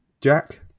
Jack